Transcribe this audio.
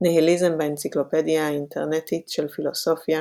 ניהיליזם באנציקלופדיה האינטרנטית של פילוסופיה